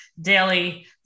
daily